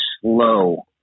slow